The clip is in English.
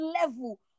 level